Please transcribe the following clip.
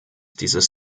dieses